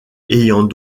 ayant